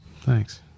Thanks